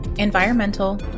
environmental